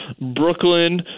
Brooklyn